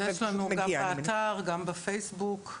יש לנו גם באתר וגם בפייסבוק.